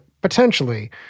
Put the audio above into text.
potentially